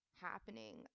happening